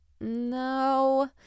No